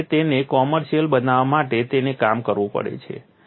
કારણ કે તેને કોમર્શિયલ બનાવવા માટે તેને કામ કરવું પડે છે